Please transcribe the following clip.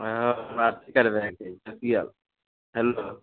हँ बात कैरि रहल छियै फेसियल हेलो